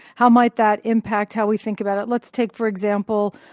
how might that impact how we think about it? let's take for example,